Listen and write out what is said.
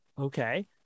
Okay